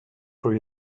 for